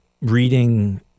reading